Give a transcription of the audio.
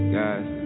guys